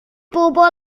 bobl